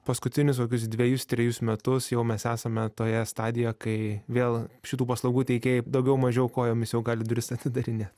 paskutinius kokius dvejus trejus metus jau mes esame toje stadijoje kai vėl šitų paslaugų teikėjai daugiau mažiau kojomis jau gali duris atidarinėt